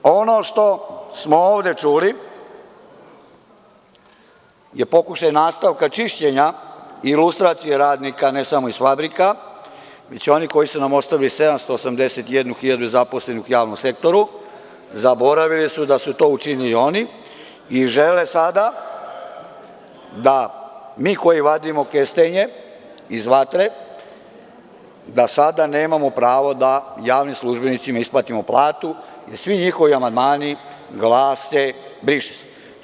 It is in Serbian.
Ono što smo ovde čuli je pokušaj nastavka čišćenja i lustracije radnika ne samo iz fabrika, već onih koji su nam ostavili 781 hiljadu zaposlenih u javnom sektoru, zaboravili su da su to učinili oni i žele sada da mi koji vadimo kestenje iz vatre, da sada nemamo pravo da javnim službenicima isplatimo platu jer svi njihovi amandmani glase briše se.